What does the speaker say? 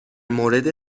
مورد